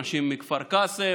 אנשים מכפר קאסם,